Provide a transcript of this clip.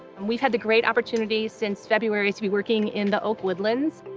we've had the great opportunity since february to be working in the oak woodlands.